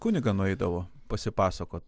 kunigą nueidavo pasipasakot